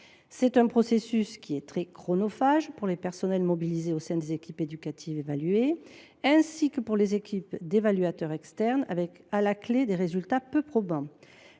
C’est un processus qui est très chronophage pour le personnel mobilisé au sein des équipes éducatives évaluées, ainsi que pour les équipes d’évaluateurs externes avec, pourtant, des résultats peu probants.